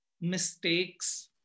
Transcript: mistakes